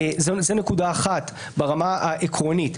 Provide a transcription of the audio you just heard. זאת נקודה אחת ברמה העקרונית.